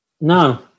No